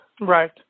right